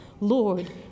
Lord